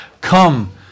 come